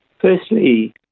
Firstly